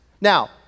Now